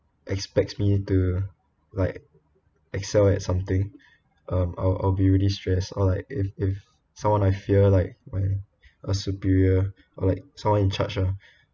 expects me to like excel at something um I'll I'll be really stressed I'll like if if someone I fear like when a superior or like someone in charge ah